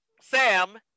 Sam